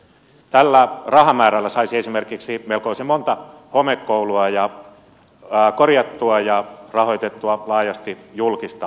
tällä rahamäärällä saisi esimerkiksi melkoisen monta homekoulua korjattua ja rahoitettua laajasti julkista palvelusektoria